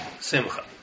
simcha